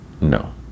No